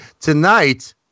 tonight